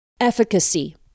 Efficacy